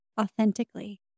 authentically